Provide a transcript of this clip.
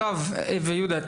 מירב ויהודה,